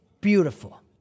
beautiful